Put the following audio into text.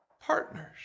Partners